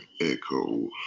echoes